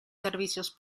servicios